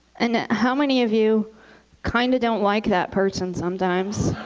and how many of you kind of don't like that person sometimes?